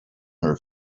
her